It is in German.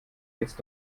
jetzt